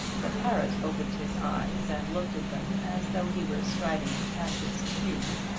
the parrot opened his eyes and looked at them as though he were striving to catch his cue.